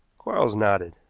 quarles nodded.